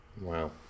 Wow